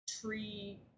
tree